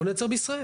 לא נייצר בישראל.